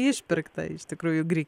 išpirkta tikrųjų gri